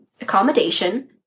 Accommodation